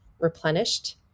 replenished